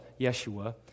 Yeshua